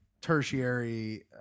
tertiary